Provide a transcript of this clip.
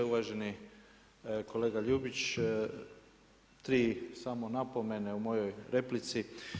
Uvaženi kolega Ljubić, tri samo napomene u mojoj replici.